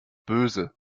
böse